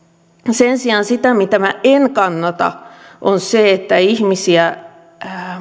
sen sijaan se mitä minä en kannata on se että ihmisiä